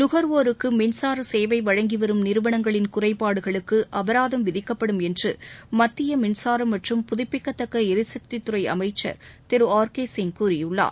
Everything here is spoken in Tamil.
நுகர்வோருக்கு மின்சார ச சேவை வழங்கி வரும் நிறுவனங்களின் குறைபாடுகளுக்கு அபராதம் விதிக்கப்படும் என்று மத்திய மின்சாரம் மற்றும் புதிப்பிக்கத்தக்க எரிசக்தித்துறை அமைச்சர் திரு அர் கே சிங் கூறியுள்ளார்